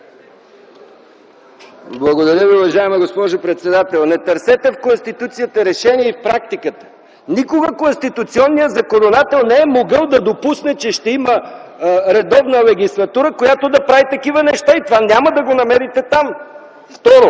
Благодаря Ви, уважаема госпожо председател. Не търсете в Конституцията решение и в практиката. Никога конституционният законодател не е могъл да допусне, че ще има редовна легислатура, която да прави такива неща. И това няма да го намерите там. И второ,